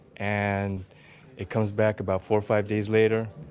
and it comes back about four or five days later,